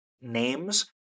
names